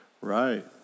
Right